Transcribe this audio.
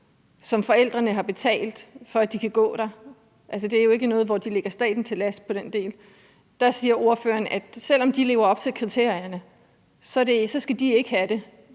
som forældrene har betalt for at de kan gå på, og som jo ikke er nogle, som ligger staten til last på den del, siger ordføreren, at selv om de lever op til kriterierne, skal de ikke have det